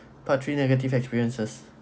part three negative experiences